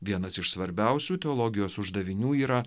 vienas iš svarbiausių teologijos uždavinių yra